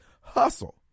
hustle